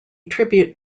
tribute